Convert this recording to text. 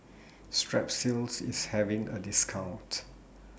Strepsils IS having A discount